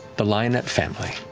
the lionett family.